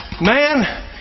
Man